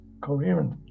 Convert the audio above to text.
coherent